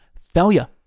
Failure